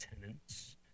tenants